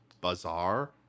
Bazaar